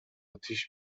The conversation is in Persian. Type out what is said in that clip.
آتیش